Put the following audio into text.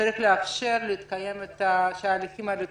וצריך לאפשר שההליכים האלה יתקיימו.